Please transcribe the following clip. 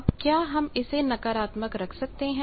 अब क्या हम इसे नकारात्मक रख सकते हैं